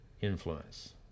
influence